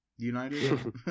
United